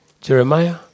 Jeremiah